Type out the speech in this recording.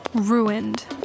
Ruined